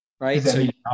right